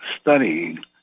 studying